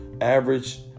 average